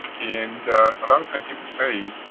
and a lot of times people say